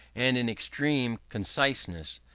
and in extreme conciseness,